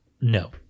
no